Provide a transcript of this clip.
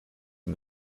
and